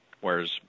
whereas